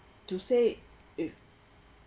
to say it uh